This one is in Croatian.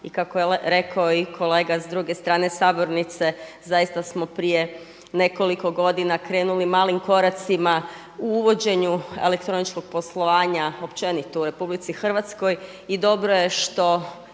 I kako je rekao i kolega s druge strane sabornice zaista smo prije nekoliko godina krenuli malim koracima u uvođenju elektroničkog poslovanja općenito u Republici Hrvatskoj. I dobro je što